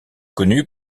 connu